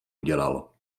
udělal